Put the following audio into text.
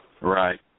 Right